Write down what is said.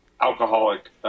alcoholic –